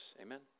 Amen